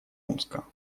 омска